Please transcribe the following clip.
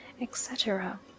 etc